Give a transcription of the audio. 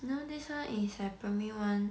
no this one is I primary one